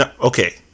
Okay